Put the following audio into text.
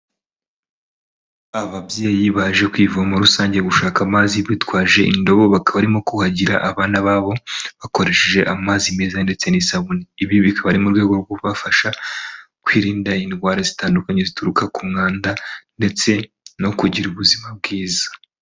Ababyeyi baje ku ivoma rusange gushaka amazi bitwaje indobo bakaba barimo kuhagira abana babo bakoresheje amazi meza ndetse n'isabune. Ibi bikaba ari mu rwego rwo kubafasha kwirinda indwara zitandukanye zituruka ku mwanda ndetse no kugira ubuzima bwiza.